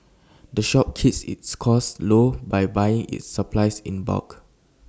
the shop keeps its costs low by buying its supplies in bulk